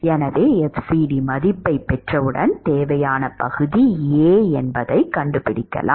எனவே fcd மதிப்பைப் பெற்றவுடன் தேவையான பகுதி A ஐ fcd மூலம் கண்டுபிடிக்கலாம்